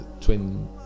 Twin